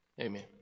amen